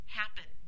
happen